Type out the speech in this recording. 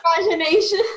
imagination